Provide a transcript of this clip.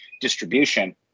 distribution